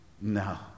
No